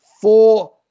four